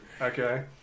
Okay